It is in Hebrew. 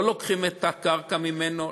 לא לוקחים את הקרקע ממנו,